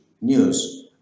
news